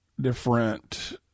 different